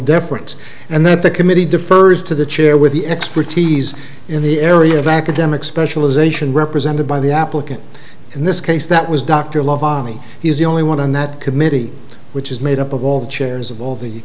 deference and that the committee defers to the chair with the expertise in the area of academic specialization represented by the applicant in this case that was dr lavalle he is the only one on that committee which is made up of all the chairs of all the